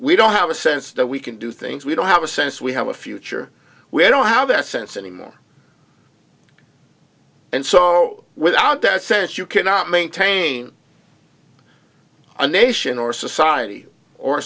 we don't have a sense that we can do things we don't have a sense we have a future we don't have that sense anymore and so without that sense you cannot maintain a nation or society or